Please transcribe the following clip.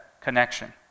connection